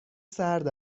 سرد